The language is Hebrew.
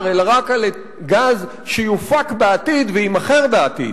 אלא רק על גז שיופק בעתיד ויימכר בעתיד,